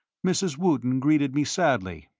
mrs. wootton greeted me sadly.